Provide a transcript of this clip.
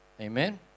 amen